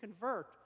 convert